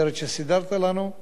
וכו' וכו'